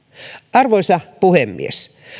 arvoisa puhemies